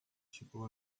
chegou